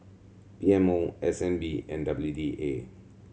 P M O S N B and W D A